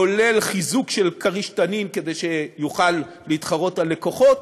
כולל חיזוק של "כריש-תנין" כדי שיוכל להתחרות על לקוחות,